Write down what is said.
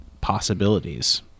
possibilities